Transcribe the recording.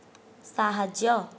ସାହାଯ୍ୟ